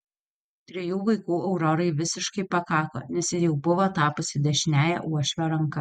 trijų vaikų aurorai visiškai pakako nes ji jau buvo tapusi dešiniąja uošvio ranka